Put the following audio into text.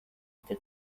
este